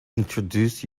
introduce